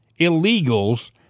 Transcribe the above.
Illegals